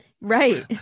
right